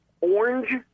orange